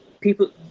people